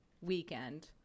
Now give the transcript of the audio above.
weekend